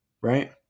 right